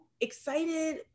excited